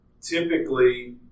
typically